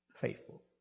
faithful